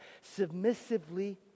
submissively